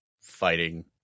fighting